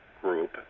group